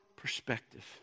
Perspective